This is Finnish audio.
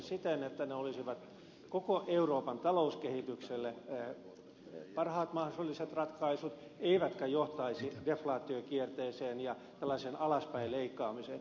siten että ne olisivat koko euroopan talouskehitykselle parhaat mahdolliset ratkaisut eivätkä johtaisi deflaatiokierteeseen ja alaspäin leikkaamiseen